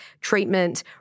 treatment